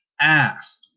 asked